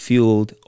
Fueled